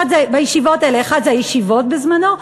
אחד זה הישיבות בזמנו,